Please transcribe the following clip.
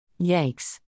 Yikes